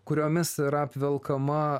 kuriomis yra apvelkama